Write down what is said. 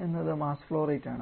എന്നത് mass flow rate ആണ്